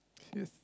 yes